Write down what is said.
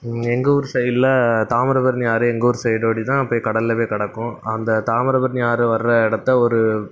எங்கள் ஊர் சைட்டில் தாமிரபரணி ஆறு எங்கள் ஊர் சைடு ஓடி தான் போய் கடலில் போய் கடக்கும் அந்த தாமிரபரணி ஆறு வர்ற இடத்த ஒரு